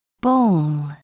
Bowl